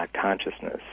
Consciousness